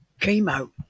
chemo